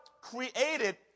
created